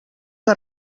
que